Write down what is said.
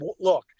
look